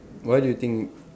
why do you think